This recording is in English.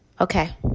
Okay